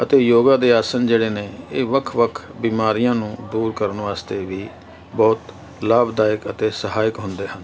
ਅਤੇ ਯੋਗਾ ਦੇ ਆਸਨ ਜਿਹੜੇ ਨੇ ਇਹ ਵੱਖ ਵੱਖ ਬਿਮਾਰੀਆਂ ਨੂੰ ਦੂਰ ਕਰਨ ਵਾਸਤੇ ਵੀ ਬਹੁਤ ਲਾਭਦਾਇਕ ਅਤੇ ਸਹਾਇਕ ਹੁੰਦੇ ਹਨ